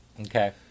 Okay